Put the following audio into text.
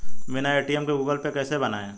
बिना ए.टी.एम के Google Pay कैसे बनायें?